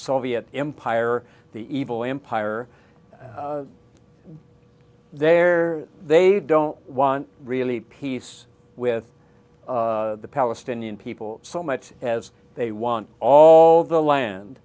soviet empire the evil empire there they don't want really peace with the palestinian people so much as they want all the land